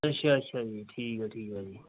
ਅੱਛਾ ਅੱਛਾ ਜੀ ਠੀਕ ਹੈ ਠੀਕ ਹੈ ਜੀ